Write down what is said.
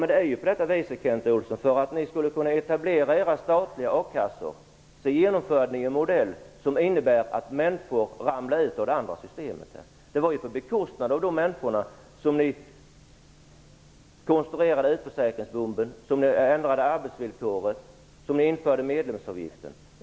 Men, Kent Olsson, ni genomförde för att etablera era statliga a-kassor en modell som medför att människor faller ut ur det andra systemet. Det var på deras bekostnad som ni konstruerade utförsäkringsbomben, ändrade arbetsvillkoret och införde medlemsavgiften.